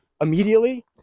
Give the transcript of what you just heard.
immediately